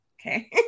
Okay